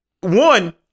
one